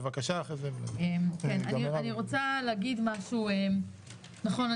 אני רוצה להגיד משהו נכון,